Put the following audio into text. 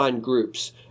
groups